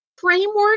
framework